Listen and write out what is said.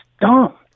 dumb